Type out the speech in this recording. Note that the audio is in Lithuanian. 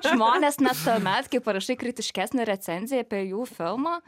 žmonės net tuomet kai parašai kritiškesnę recenziją apie jų filmą